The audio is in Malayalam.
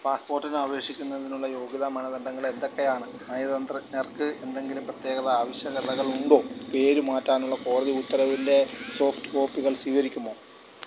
പാസ്പോർട്ടിന് അപേക്ഷിക്കുന്നതിനുള്ള യോഗ്യതാ മാനദണ്ഡങ്ങൾ എന്തൊക്കെയാണ് നയതന്ത്രജ്ഞർക്ക് എന്തെങ്കിലും പ്രത്യേക ആവശ്യകതകൾ ഉണ്ടോ പേര് മാറ്റാനുള്ള കോടതി ഉത്തരവിൻ്റെ സോഫ്റ്റ് കോപ്പികൾ സ്വീകരിക്കുമോ